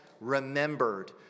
remembered